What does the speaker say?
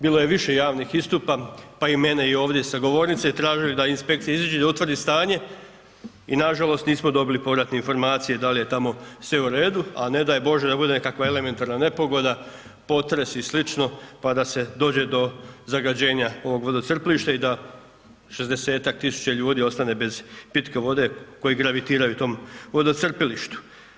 Bilo je više javnih istupa, pa i mene ovdje sa govornice, tražili da inspekcije iziđu i utvrdi stanje i nažalost nismo dobili povratne informacije da li je tamo sve u redu, a ne daj bože da bude nekakva elementarna nepogoda potres i sl. pa da se dođe do zagađenja ovog vodocrpilišta i da 60.000 ljudi ostane bez pitke vode koji gravitiraju tom vodocrpilištu.